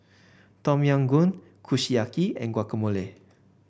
Tom Yam Goong Kushiyaki and Guacamole